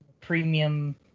premium